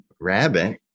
rabbit